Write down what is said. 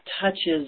touches